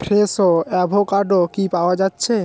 Fresho avocado কি পাওয়া যাচ্ছে